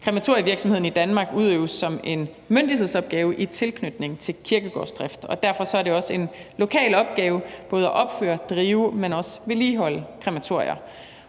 Krematorievirksomheden i Danmark udøves som en myndighedsopgave i tilknytning til kirkegårdsdrift, og derfor er det også en lokal opgave både at opføre, drive, men også vedligeholde krematorier.